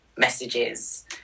messages